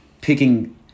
Picking